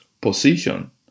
position